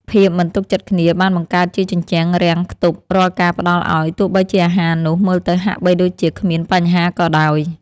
ភាពមិនទុកចិត្តគ្នាបានបង្កើតជាជញ្ជាំងរាំងខ្ទប់រាល់ការផ្តល់ឱ្យទោះបីជាអាហារនោះមើលទៅហាក់បីដូចជាគ្មានបញ្ហាក៏ដោយ។